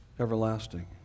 everlasting